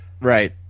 Right